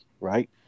right